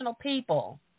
people